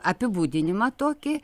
apibūdinimą tokį